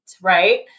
Right